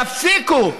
תפסיקו.